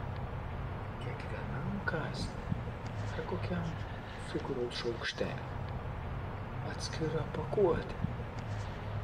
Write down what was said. kiekvienam kąsniui ar kokiam cukraus šaukšteliui atskira pakuotė